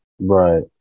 Right